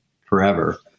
forever